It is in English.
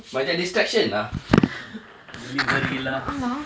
banyak distraction lah delivery lah